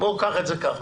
בוא קח את זה ככה.